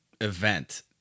event